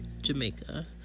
Jamaica